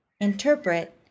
interpret